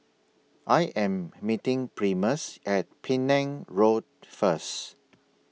I Am meeting Primus At Penang Road First